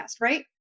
right